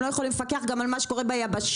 לא יכולים לפקח גם על מה שקורה ביבשה,